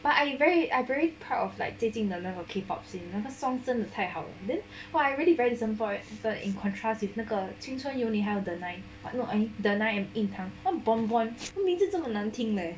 but I very I very proud of like taking the love of K_pop scene 那个 songs 真的太好了 then for I really very disappointed in contrast with 那个青春又怒海 the line but not 影坛 and from bonbon 他名字那么难听 leh